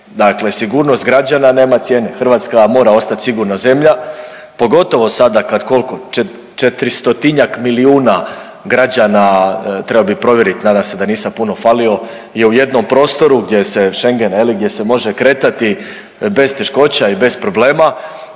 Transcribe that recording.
Dakle sigurnost građana nema cijene, Hrvatska mora ostat sigurna zemlja, pogotovo sada kada, koliko, 400-tinjak milijuna građana, trebao bih provjeriti, nadam se da nisam puno falio, je u jednom prostoru gdje se, Schengen, je li, gdje se može kretati bez teškoća i bez problema